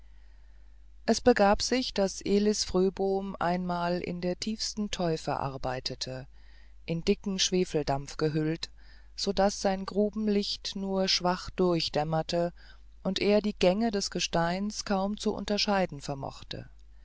es begab sich daß elis fröbom einmal in der tiefsten teufe arbeitete in dicken schwefeldampf gehüllt so daß sein grubenlicht nur schwach durchdämmerte und er die gänge des gesteins kaum zu unterscheiden vermochte